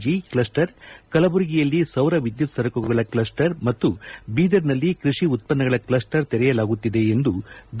G cluster ಕಲಬುರ್ಗಿಯಲ್ಲಿ ಸೌರ ವಿದ್ಯುತ್ ಸರಕುಗಳ ಕ್ಷಸ್ಟರ್ ಮತ್ತು ಬೀದರ್ ನಲ್ಲಿ ಕೃಷಿ ಉತ್ಪನ್ನಗಳ ಕ್ಲಸ್ಟರ್ ತೆರೆಯಲಾಗುತ್ತಿದೆ ಎಂದು ಬಿ